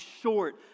short